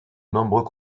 nombreux